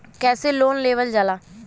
कैसे लोन लेवल जाला?